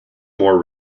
more